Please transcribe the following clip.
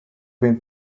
been